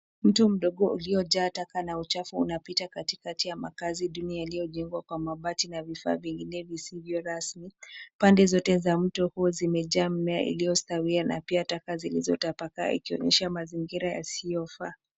Mto mdogo uliojaa taka na uchafu unapita katikati ya makazi duni yaliyojengwa kwa mabati na vifaa vingine visivyo rasmi. Pande zote za mto huo zimejaa mmea iliyostawia na pia taka zilizotapakaa ikionyesha mazingira yasiyofaa.